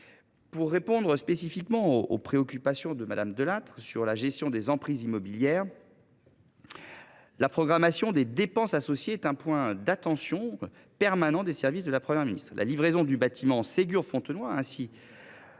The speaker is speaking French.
Pour répondre aux préoccupations exprimées par Mme Delattre sur la gestion des emprises immobilières, je précise que la programmation des dépenses associées est un point d’attention permanent des services de la Première ministre. La livraison du bâtiment Ségur Fontenoy a ainsi